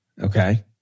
Okay